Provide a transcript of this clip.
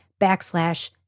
backslash